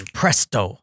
presto